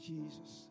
Jesus